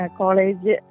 college